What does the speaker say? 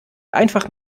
einfach